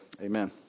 Amen